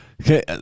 Okay